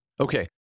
Okay